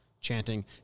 chanting